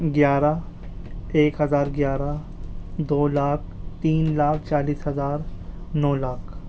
گیارہ ایک ہزار گیارہ دو لاکھ تین لاکھ چالیس ہزار نو لاکھ